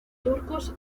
turcos